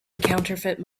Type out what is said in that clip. counterfeit